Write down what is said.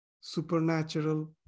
supernatural